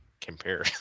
compare